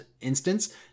instance